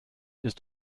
ist